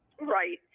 Right